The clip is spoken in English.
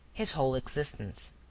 his whole existence.